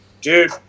Dude